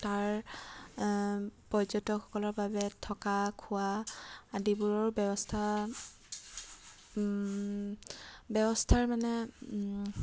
তাৰ পৰ্যটকসকলৰ বাবে থকা খোৱা আদিবোৰৰো ব্যৱস্থা ব্যৱস্থাৰ মানে